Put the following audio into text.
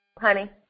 Honey